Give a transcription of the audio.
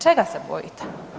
Čega se bojite?